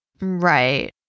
Right